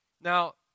Now